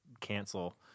cancel